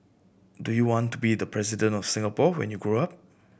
do you want to be the President of Singapore when you grow up